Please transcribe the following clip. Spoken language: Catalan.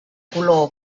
color